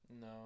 No